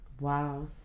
Wow